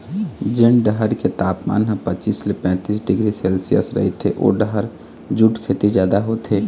जेन डहर के तापमान ह पचीस ले पैतीस डिग्री सेल्सियस रहिथे ओ डहर जूट खेती जादा होथे